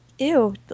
Ew